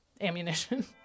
ammunition